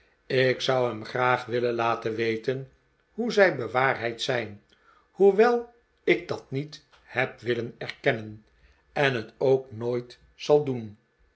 ik zou hem graag willen laten weten hoe zij bewaarheid zijn hoewel ik dat niet heb willen erkennen en het ook nooit zal doen